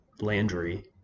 Landry